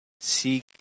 Seek